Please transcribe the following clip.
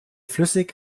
flüssig